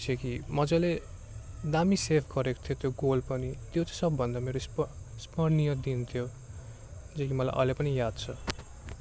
जो कि मजाले दामी सेभ गरेको थियो त्यो गोल पनि त्यो चाहिँ सबभन्दा मेरो स्म स्मरणीय दिन थियो जो कि मलाई अहिले पनि याद छ